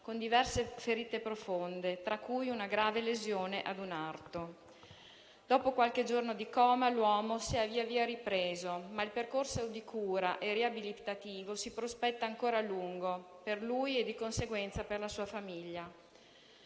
con diverse ferite profonde, tra cui una grave lesione ad un arto. Dopo qualche giorno di coma l'uomo si è lentamente ripreso, ma il percorso di cura e riabilitativo si prospetta ancora lungo per lui e, di conseguenza, per la sua famiglia.